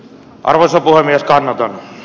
arvoisa puhemies anatoli